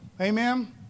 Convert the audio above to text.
Amen